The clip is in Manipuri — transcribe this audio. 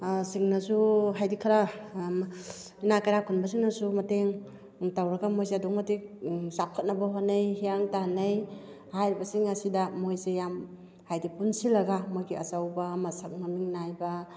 ꯁꯤꯡꯅꯁꯨ ꯍꯥꯏꯗꯤ ꯈꯔ ꯏꯅꯥꯛ ꯀꯩꯔꯥꯛ ꯈꯨꯟꯕꯁꯤꯡꯅꯁꯨ ꯃꯇꯦꯡ ꯇꯧꯔꯒ ꯃꯣꯏꯁꯤ ꯑꯗꯨꯛꯀꯤ ꯃꯇꯤꯛ ꯆꯥꯎꯈꯠꯅꯕ ꯍꯣꯠꯅꯩ ꯍꯤꯌꯥꯡ ꯇꯥꯟꯅꯩ ꯍꯥꯏꯔꯤꯕꯁꯤꯡ ꯑꯁꯤꯗ ꯃꯣꯏꯁꯦ ꯌꯥꯝ ꯍꯥꯏꯗꯤ ꯄꯨꯟꯁꯤꯜꯂꯒ ꯃꯣꯏꯒꯤ ꯑꯆꯧꯕ ꯃꯁꯛ ꯃꯃꯤꯡ ꯅꯥꯏꯕ